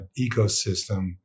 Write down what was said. ecosystem